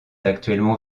actuellement